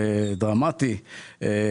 דרמטי,